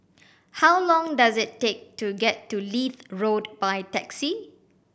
how long does it take to get to Leith Road by taxi